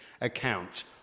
account